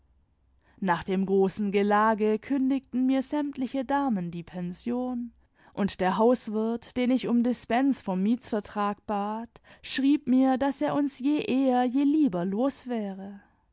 nach dem großen gelage kündigten mir sämtliche damen die pension und der hauswirt den ich um dispens vom mietsvertrag bat schrieb mir daß er uns je eher je lieber los wäre